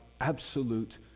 absolute